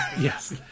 Yes